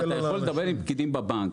אתה יכול לדבר עם פקידים בבנק.